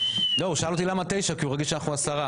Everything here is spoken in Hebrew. הוא שאל אותי למה תשעה כי הוא רגיל שאנחנו עשרה.